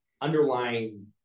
underlying